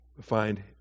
find